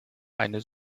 eine